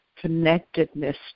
connectedness